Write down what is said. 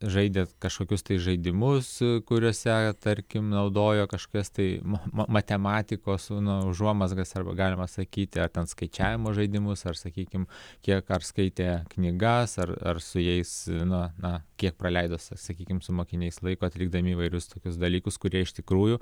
žaidė kažkokius žaidimus kuriuose tarkim naudojo kažkokias tai matematikos na užuomazgas arba galima sakyti atliekant skaičiavimo žaidimus ar sakykim kiek ar skaitė knygas ar ar su jais na na kiek praleido sakykime su mokiniais laiko atlikdami įvairius tokius dalykus kurie iš tikrųjų